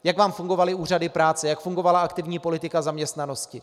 Jak vám fungovaly úřady práce, jak fungovala aktivní politika zaměstnanosti?